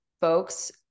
folks